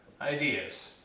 ideas